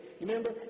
Remember